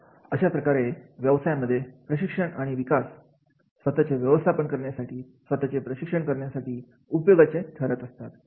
अशाप्रकारे व्यवसायांमध्ये प्रशिक्षण आणि विकास स्वतःचे व्यवस्थापन करण्यासाठी स्वतःचे प्रशिक्षण करण्यासाठी उपयोगाची ठरत असतात